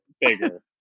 Bigger